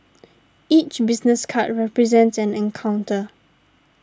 each business card represents an encounter